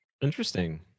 Interesting